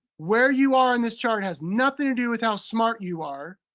where you are in this chart has nothing to do with how smart you are.